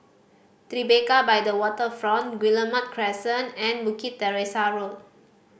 Tribeca by the Waterfront Guillemard Crescent and Bukit Teresa Road